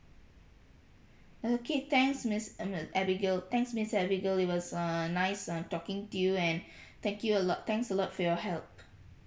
okay thanks miss I mean abigail thanks miss abigail it was err nice uh talking to you and thank you a lot thanks a lot for your help